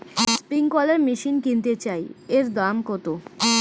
Sprinkler machine কিনতে চাই এর দাম কত?